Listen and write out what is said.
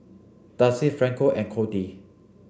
Darcy Franco and Cordie